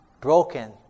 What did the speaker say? broken